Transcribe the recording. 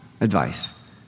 advice